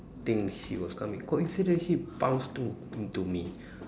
think he was coming coincidentally bounce to into me